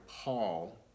Paul